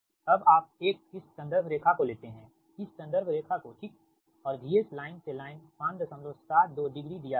अब आप एक इस संदर्भ रेखा को लेते है इस संदर्भ रेखा को ठीक और VS लाइन से लाइन 572 डिग्री दिया गया है